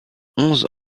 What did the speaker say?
onze